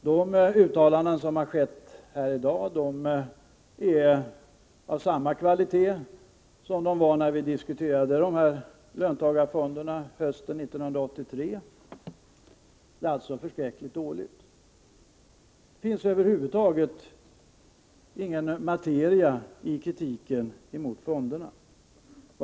De uttalanden som har gjorts här i dag är av samma kvalitet som uttalandena när vi hösten 1983 diskuterade löntagarfonderna. De är alltså av en förskräckligt dålig kvalitet. Det finns över huvud taget ingen materia i kritiken mot fonderna.